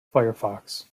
firefox